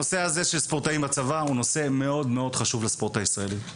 נושא הספורטאים בצבא הוא נושא חשוב לספורט הישראלי.